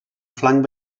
flanc